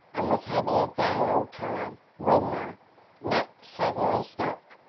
and was having a gay old time when the nat suddenly stopped.